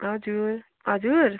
हजुर हजुर